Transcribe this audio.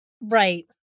Right